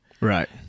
Right